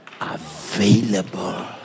available